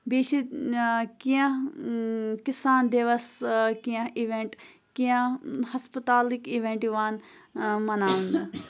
بیٚیہِ چھِ کینٛہہ کِسان دِوَس کینٛہہ اِوٮ۪نٛٹ کینٛہہ ہَسپَتالٕکۍ اِوٮ۪نٛٹ یِوان مَناونہٕ